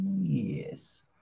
Yes